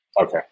Okay